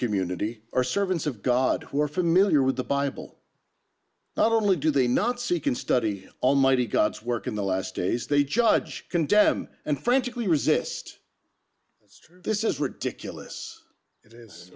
community are servants of god who are familiar with the bible not only do they not see can study almighty god's work in the last days they judge condemn and frantically resist this is ridiculous it is